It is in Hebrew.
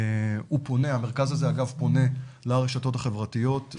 המרכז הזה פונה לרשתות החברתיות,